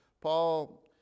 Paul